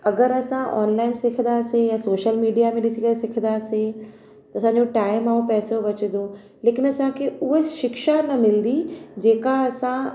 अगरि असां ऑनलाइन सिखंदासी या सोशल मीडिया में ॾिसी करे सिखंदासीं असांजो टाइम ऐं पैसो बचंदो लेकिन असांखे उहा शिक्षा न मिलंदी जेका असां